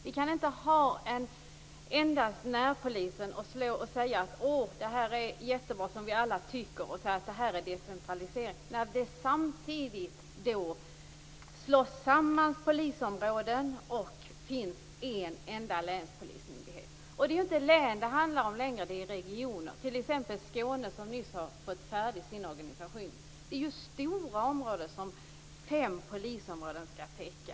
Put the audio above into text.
Vi kan inte ha endast närpolisen och säga att det här är jättebra, som vi alla tycker, och att det här är decentralisering, när polisområden samtidigt slås samman och det finns en enda länspolismyndighet. Då är det inte län det handlar om längre, det är regioner, t.ex. Skåne som nyss har fått sin organisation färdig. Det är stora områden som fem polisområden skall täcka.